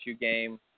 game